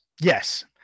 Yes